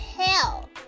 hell